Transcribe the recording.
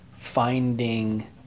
Finding